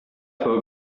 for